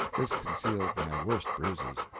this concealed my worst bruises.